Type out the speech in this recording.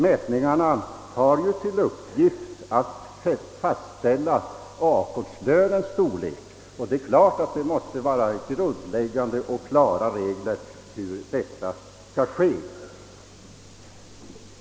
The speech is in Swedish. Mätningarna har ju till uppgift att fastställa ackordslönens storlek, och det är klart att det måste vara grundläggande och klara regler om hur detta skall ske.